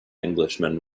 englishman